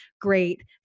great